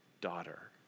daughter